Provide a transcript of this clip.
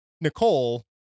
Nicole